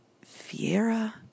Fiera